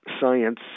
science